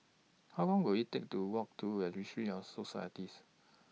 How Long Will IT Take to Walk to Registry of Societies